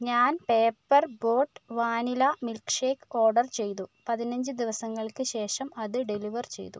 ഞാൻ Paper Boat vanilla milkshake order ചെയ്തു പതിനഞ്ച് ദിവസങ്ങൾക്ക് ശേഷം അത് ഡെലിവർ ചെയ്തു